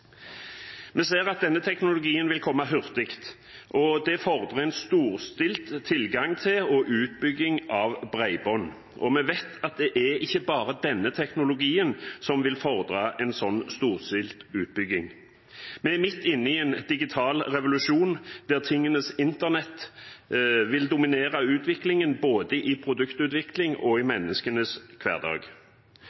Vi ser at denne teknologien vil komme hurtig, og det fordrer en storstilt tilgang til og utbygging av bredbånd, og vi vet at det ikke bare er denne teknologien som vil fordre en sånn storstilt utbygging. Vi er midt inne i en digital revolusjon der tingenes internett vil dominere utviklingen både i produktutvikling og i